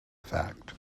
fact